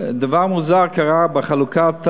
דבר מוזר קרה בחלוקת הוועדות.